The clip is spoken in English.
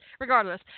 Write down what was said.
regardless